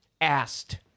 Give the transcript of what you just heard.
asked